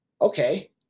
okay